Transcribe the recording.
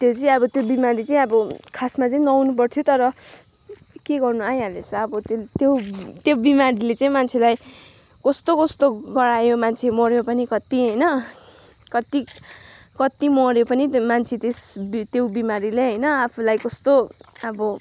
त्यो चाहिँ अब त्यो बिमारीले चाहिँ अब खासमा चाहिँ नआउनु पर्थ्यो तर के गर्नु आइहालेछ अब त्यो त्यो त्यो बिमारीले चाहिँ मान्छेलाई कस्तो कस्तो भयो मान्छे मर्यो पनि कति होइन कति कति मर्यो पनि मान्छे त्यस त्यो बिमारीले होइन आफूलाई कस्तो अब